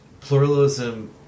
pluralism